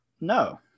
No